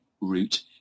route